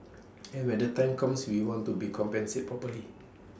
and when the time comes we want to be compensated properly